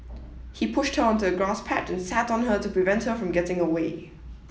he pushed onto a grass patch and sat on her to prevent her from getting away